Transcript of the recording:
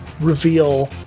reveal